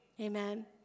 Amen